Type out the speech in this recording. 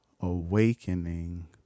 awakening